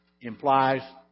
implies